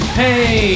hey